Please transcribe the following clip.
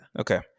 Okay